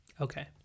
Okay